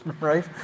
right